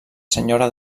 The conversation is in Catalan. senyora